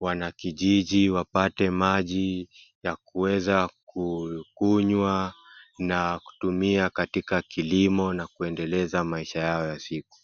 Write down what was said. wanakiji wapate maji ya kuweza kukunywa na kutumia katika kilimo na kuendeleza maisha yao ya siku.